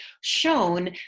shown